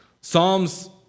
Psalms